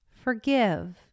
Forgive